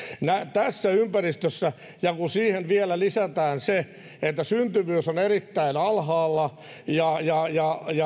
tässä ympäristössä kun siihen vielä lisätään se että syntyvyys on erittäin alhaalla ja